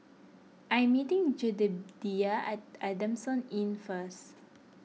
I am meeting Jedediah at Adamson Inn first